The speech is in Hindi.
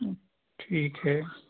ठीक है